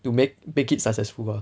to make make it successful ah